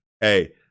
hey